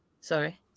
Sorry